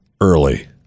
early